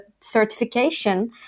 certification